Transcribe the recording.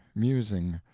musing,